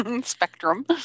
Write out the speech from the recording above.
spectrum